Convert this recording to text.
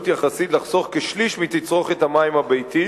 יחסית לחסוך כשליש מתצרוכת המים הביתית